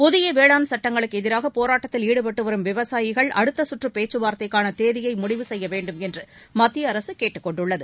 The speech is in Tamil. புதிய வேளாண் சட்டங்களுக்கு எதிராக பேராட்டத்தில் ஈடுபட்டு வரும் விவசாயிகள் அடுத்த கற்று பேச்சுவார்த்தைக்கான தேதியை முடிவு செய்ய வேண்டும் என்று மத்திய அரசு கேட்டுக்கொண்டுள்ளது